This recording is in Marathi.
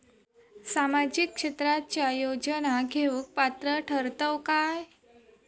सामाजिक क्षेत्राच्या योजना घेवुक पात्र ठरतव काय?